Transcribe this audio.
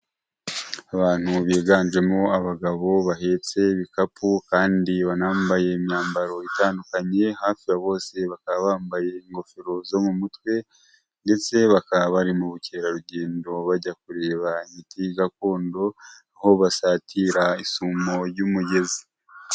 Abantu biganjemo abagabo bahetse ibikapu kandi banambaye imyambaro itandukanye, hafi ya bose bakaba bambaye ingofero zo mu mutwe ndetse bakaba bari mu bukerarugendo bajya kureba imiti gakondo aho basatira isumo y'umugezi.